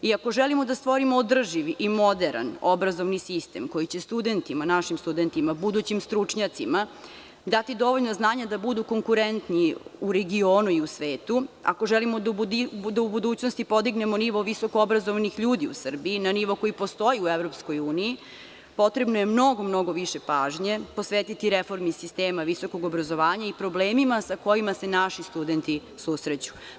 I ako želimo da stvorimo održiv i moderan obrazovni sistem koji će studentima, našim studentima, budućim stručnjacima dati dovoljno znanja da budu konkurentni u regionu i u svetu, ako želimo da u budućnosti podignemo nivo visokoobrazovanih ljudi u Srbiji na nivo koji postoji u EU, potrebno je mnogo više pažnje posvetiti reformi sistema visokog obrazovanja i problemima sa kojima se naši studenti susreću.